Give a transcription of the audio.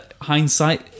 Hindsight